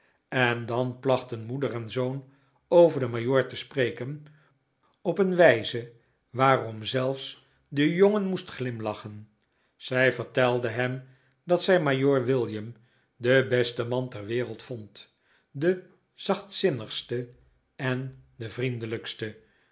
en dan plachten moeder en zoon over den majoor te spreken op een wijze waarom zelfs de jongen moest glimlachen zij vertelde hem dat zij majoor william den besten man ter wereld vond de zachtzinnigste en de vriendelijkste